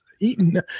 eaten